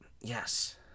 Yes